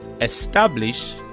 establish